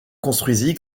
construisit